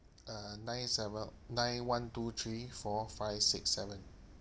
uh nine seven nine one two three four five six seven